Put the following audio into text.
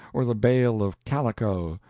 or the bale of calico,